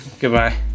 goodbye